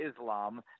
Islam